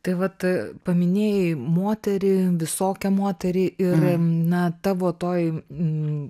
tai vat paminėjai moterį visokią moterį ir na tavo toj